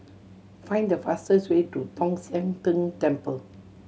find the fastest way to Tong Sian Tng Temple